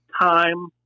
time